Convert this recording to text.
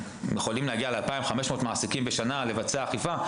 יכולים להגיע ל-2,500 מעסיקים בשנה ולבצע אכיפה.